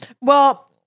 Well-